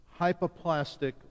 hypoplastic